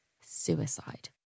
suicide